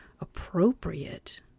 appropriate